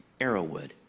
Arrowwood